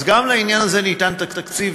אז גם לעניין הזה ניתן תקציב,